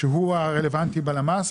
שהוא הרלוונטי בלמ"ס,